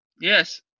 Yes